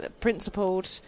principled